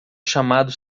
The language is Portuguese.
chamado